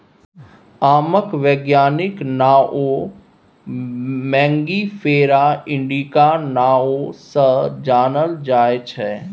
आमक बैज्ञानिक नाओ मैंगिफेरा इंडिका नाओ सँ जानल जाइ छै